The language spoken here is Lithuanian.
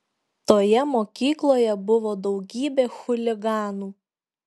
toje mokykloje buvo daugybė chuliganų